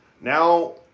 now